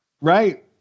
Right